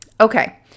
Okay